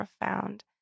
profound